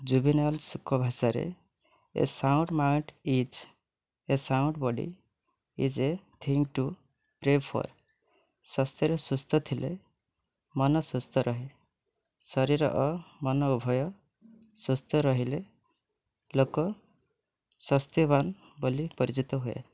ଯୁଗିନିଏଲସଙ୍କ ଭାଷାରେ a sound mind in a sound body is a thing to prefer ସ୍ୱାସ୍ଥ୍ୟରେ ସୁସ୍ଥ ଥିଲେ ମନ ସୁସ୍ଥ ରହେ ଶରୀର ଓ ମନ ଉଭୟ ସୁସ୍ଥ ରହିଲେ ଲୋକ ସ୍ୱାସ୍ଥ୍ୟବାନ ବୋଲି ପରିଚିତ ହୁଏ